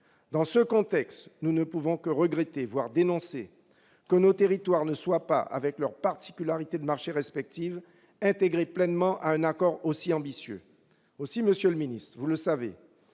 Dans ce contexte, nous ne pouvons que déplorer, voire dénoncer, le fait que nos territoires ne soient pas, avec leurs particularités de marchés respectives, inclus pleinement dans le champ d'un accord aussi ambitieux. Monsieur le ministre, vous le savez,